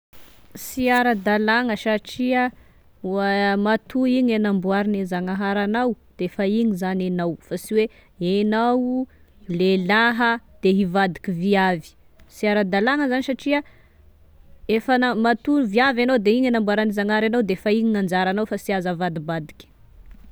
Sy ara-dalagna satria oa matoa igny anamboarane zagnahary anao de efa igny zany enao fa sy hoe enao lelaha dia hivadiky viavy, sy ara-dalana zany satria efa na- matoa viavy anao de igny anamboarany zagnahary anao de efa igny anjaranao fa sy azo avadibadika